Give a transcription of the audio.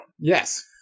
Yes